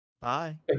Bye